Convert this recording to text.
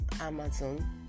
Amazon